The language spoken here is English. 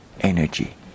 energy